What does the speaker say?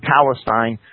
Palestine